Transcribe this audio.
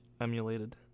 Emulated